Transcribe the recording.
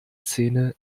zähne